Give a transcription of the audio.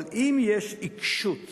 אבל אם יש עיקשות,